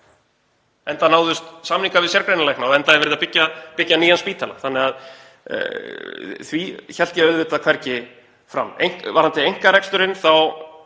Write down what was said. enda náðust samningar við sérgreinalækna og verið að byggja nýjan spítala þannig að því hélt ég að auðvitað hvergi fram. Varðandi einkareksturinn þá